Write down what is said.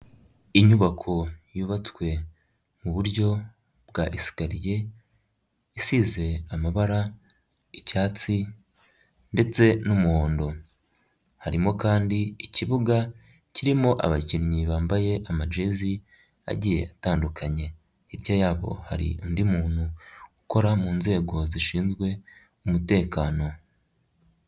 Inyubako yubatswe mu buryo bwa esikariye, isize amabara, icyatsi ndetse n'umuhondo. Harimo kandi ikibuga kirimo abakinnyi bambaye amagezi agiye atandukanye, hirya yabo hari undi muntu ukora mu nzego zishinzwe umutekano.